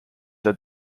that